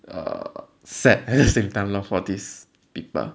err sad at the same time lah for these people